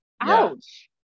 ouch